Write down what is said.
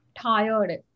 tired